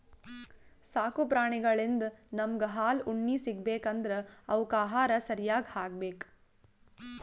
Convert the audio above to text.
ಸಾಕು ಪ್ರಾಣಿಳಿಂದ್ ನಮ್ಗ್ ಹಾಲ್ ಉಣ್ಣಿ ಸಿಗ್ಬೇಕ್ ಅಂದ್ರ ಅವಕ್ಕ್ ಆಹಾರ ಸರ್ಯಾಗ್ ಹಾಕ್ಬೇಕ್